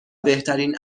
بهترین